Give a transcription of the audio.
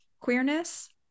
queerness